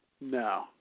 No